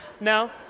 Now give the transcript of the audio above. No